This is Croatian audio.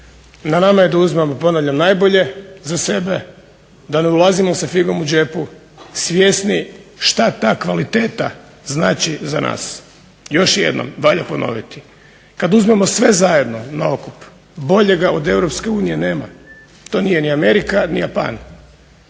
Na nama je uzmemo, ponavljam najbolje za sebe, da ne ulazimo sa figom u džepu svjesni šta ta kvaliteta znači za nas. Još jednom valjda ponoviti kad uzmemo sve zajedno na okup boljega od Europske unije nema. To nije ni Amerika, ni Japan,